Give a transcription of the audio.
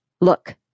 Look